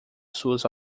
suas